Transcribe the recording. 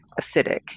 acidic